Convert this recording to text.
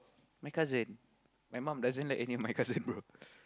my cousin my mum doesn't like any of my cousin bro